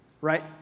right